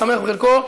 השמח בחלקו,